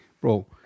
bro